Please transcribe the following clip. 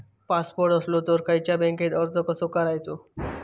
Passport असलो तर खयच्या बँकेत अर्ज कसो करायचो?